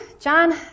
John